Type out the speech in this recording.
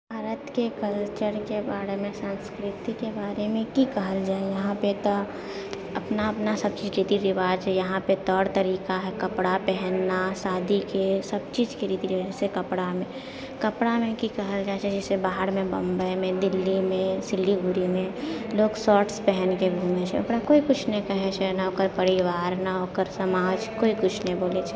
भारतके कल्चरके बारेमे संस्कृतिके बारेमे की कहल जाइए इहाँपे तऽ अपना अपना सभचीज रीति रिवाज इहाँपे तौर तरीका हइ कपड़ा पहनना शादीके सभचीजके रीति रिवाज जैसे कपड़ामे कपड़ामे की कहल जाइ छै जैसे बाहरमे बम्बइमे दिल्लीमे सिलीगुड़ीमे लोक शॉर्ट्स पहिनके घुमै छै ओकरा केओ किछु नहि कहै छै नऽ ओकर परिवार नऽ ओकर समाज केओ किछु नहि बोलैत छै